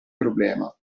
problema